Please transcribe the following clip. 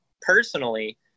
personally